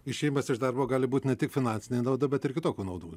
išėjimas iš darbo gali būt ne tik finansinė nauda bet ir kitokių naudų